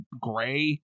gray